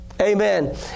Amen